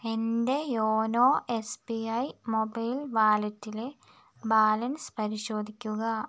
എൻ്റെ YONO S B I mobile വാലറ്റിലെ balance പരിശോധിക്കുക